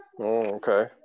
Okay